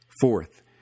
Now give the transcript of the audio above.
Fourth